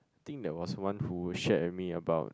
think there was one who shared with me about